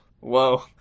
Whoa